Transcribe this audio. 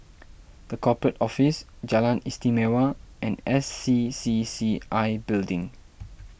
the Corporate Office Jalan Istimewa and S C C C I Building